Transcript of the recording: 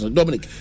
Dominic